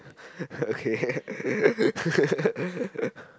okay ppl